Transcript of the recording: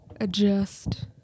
Adjust